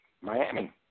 Miami